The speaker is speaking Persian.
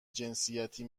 جنسیتی